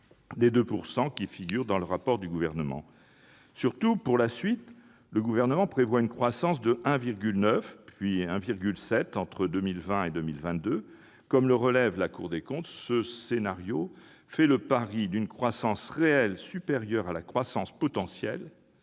des 2 % qui figurent dans le rapport du Gouvernement. Surtout, pour la suite, le Gouvernement prévoit un taux de croissance de 1,9 % en 2019, puis de 1,7 % entre 2020 et 2022. Comme le relève la Cour des comptes, ce scénario fait le pari d'une croissance réelle supérieure à la croissance potentielle